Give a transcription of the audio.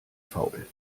faul